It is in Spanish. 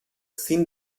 sin